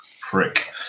prick